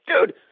Dude